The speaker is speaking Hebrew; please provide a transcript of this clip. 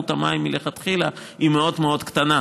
כמות המים מלכתחילה היא מאוד מאוד קטנה